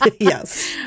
Yes